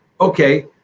Okay